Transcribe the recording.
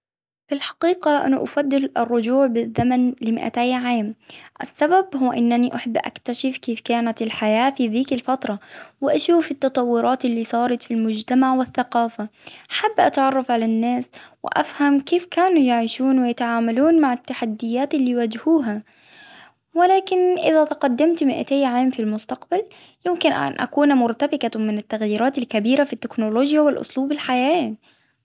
في الحقيقة أنا أفضل الرجوع بالزمن لمئتي عام، السبب هو أنني أحب أكتشف كيف كانت الحياة في ذيك الفترة، وأشوف التطورات اللي صارت في المجتمع والثقافة، حابة أتعرف على الناس وأفهم كيف كانوا يعيشون ويتعاملون مع التحديات اللي يواجهوها، ولكن إذا تقدمت مئتي عام في المستقبل ممكن أن أكون مرتبكة للتغيرات الكبيرة في التكنولوجيا وأسلوب الحياة.